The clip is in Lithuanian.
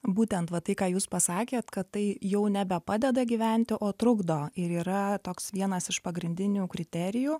būtent va tai ką jūs pasakėt kad tai jau nebepadeda gyventi o trukdo ir yra toks vienas iš pagrindinių kriterijų